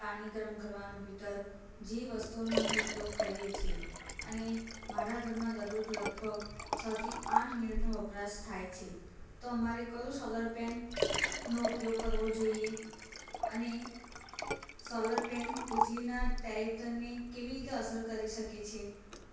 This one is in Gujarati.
પાણી ગરમ કરવાનું હીટર જે વસ્તુઓનો અમે ઉપયોગ કરીએ છીએ અને મારા ઘરમાં દરરોજ લગભગ છથી આઠ યુનિટનું વપરાશ થાય છે તો અમારે કયું સોલર પેનનો ઉપયોગ કરવો જોઈએ અને સોલર પેન વીજળીના ટેરિફને કેવી રીતે અસર કરી શકે છે